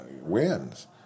wins